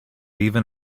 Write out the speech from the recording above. even